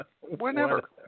whenever